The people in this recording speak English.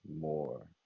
more